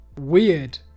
weird